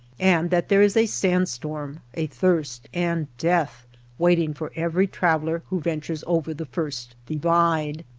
and that there is a sand-storm, a thirst, and death waiting for every traveller who ventures over the first divide.